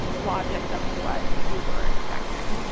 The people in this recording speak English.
logic of what you were expecting